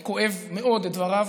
אני כואב מאוד את דבריו,